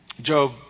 Job